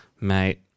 Mate